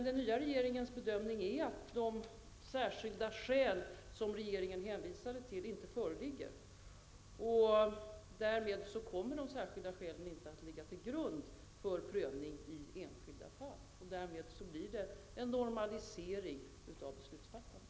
Den nya regeringens bedömning är att de särskilda skäl som regeringen hänvisade till inte föreligger. Därmed kommer de särskilda skälen inte att ligga till grund för prövning i enskilda fall. Därmed blir det en normalisering av beslutsfattandet.